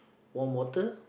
warm water